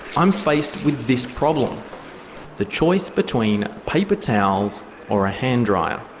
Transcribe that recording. i'm faced with this problem the choice between paper towels or a hand dryer.